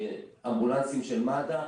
אמבולנסים של מד"א,